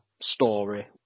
story